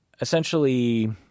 essentially